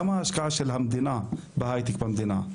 כמה ההשקעה של המדינה בהייטק במדינה,